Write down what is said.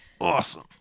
Awesome